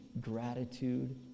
gratitude